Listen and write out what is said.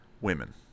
women